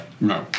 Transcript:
No